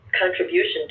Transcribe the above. contribution